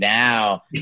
now